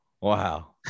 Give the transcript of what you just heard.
Wow